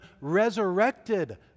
resurrected